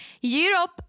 Europe